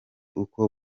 uko